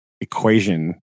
equation